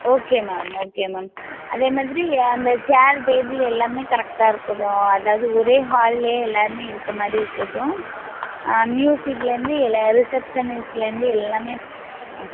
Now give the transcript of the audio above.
okay ma'am okay ma'am அதேமாதிரி அந்த chair table எல்லாமே கரெக்டாக இருக்கணும் அதாவது ஒரே ஹால்லே எல்லாமே இருக்கமாதிரி இருக்கட்டும் ம்யூசிக்லேந்து எல்லா ரிசப்ஷனிஸ்ட்லேந்து எல்லாமே ஆ